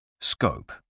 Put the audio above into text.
Scope